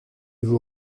vous